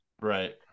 right